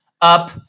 Up